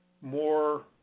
more